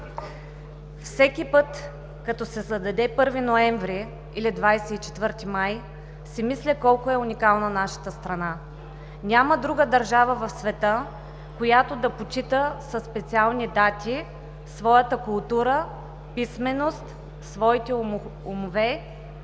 Всеки път, като се зададе 1 ноември или 24 май, си мисля колко уникална е нашата страна! Няма друга държава в света, която да почита със специални дати своята култура, писменост, своите умове